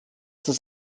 das